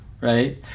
right